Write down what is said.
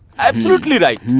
absolutely right.